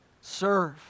serve